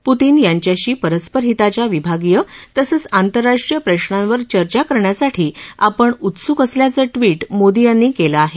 Putin यांच्याशी परस्पर हिताच्या विभागिय तसंच आंतरराष्ट्रीय प्रश्नावर चर्चा करण्यासाठी आपण उत्सुक असल्याचं ट्वीट मोदी यांनी केलं आहेत